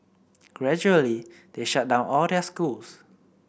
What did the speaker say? gradually they shut down all their schools